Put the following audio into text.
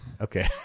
Okay